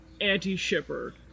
anti-shipper